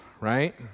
right